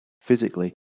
physically